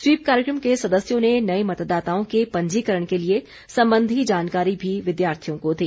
SVEEP कार्यक्रम के सदस्यों ने नए मतदाताओं के पंजीकरण के लिए संबंधी जानकारी भी विद्यार्थियों को दी